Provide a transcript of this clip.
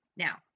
Now